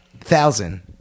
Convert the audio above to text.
Thousand